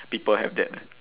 people have that lah